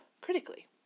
critically